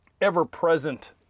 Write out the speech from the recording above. ever-present